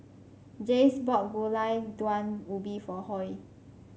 Jase bought Gulai Daun Ubi for Hoy